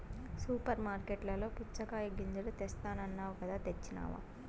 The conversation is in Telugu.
సూపర్ మార్కట్లలో పుచ్చగాయ గింజలు తెస్తానన్నావ్ కదా తెచ్చినావ